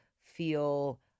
feel